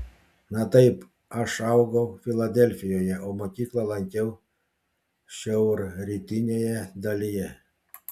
na taip aš augau filadelfijoje o mokyklą lankiau šiaurrytinėje dalyje